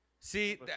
See